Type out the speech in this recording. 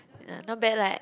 uh not bad right